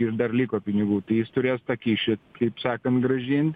ir dar liko pinigų tai jis turės tą kyšį kaip sakant grąžint